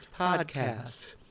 Podcast